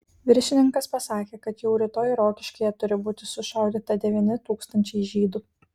viršininkas pasakė kad jau rytoj rokiškyje turi būti sušaudyta devyni tūkstančiai žydų